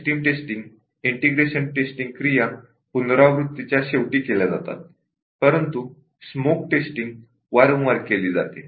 system testing integration testing या activities iterations च्या शेवटी केल्या जातात परंतु स्मोक टेस्टिंग वारंवार केली जाते